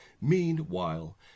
Meanwhile